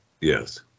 Yes